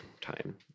time